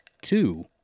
two